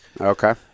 okay